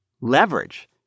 leverage